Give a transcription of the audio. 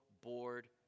bored